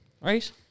right